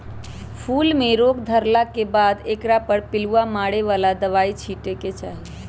फूल में रोग धरला के बाद एकरा पर पिलुआ मारे बला दवाइ छिटे के चाही